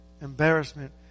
embarrassment